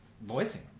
voicing